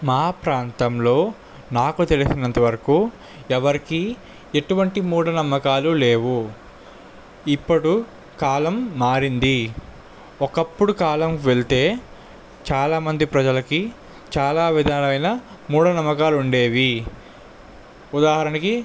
మా ప్రాంతంలో నాకు తెలిసినంతవరకు ఎవరికి ఎటువంటి మూఢనమ్మకాలు లేవు ఇప్పుడు కాలం మారింది ఒకప్పుడు కాలం వెళితే చాలామంది ప్రజలకు చాలా విధాలైన మూఢనమ్మకాలు ఉండేవి ఉదాహరణకి